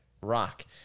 rock